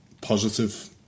positive